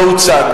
לא הוצג,